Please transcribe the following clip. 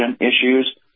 issues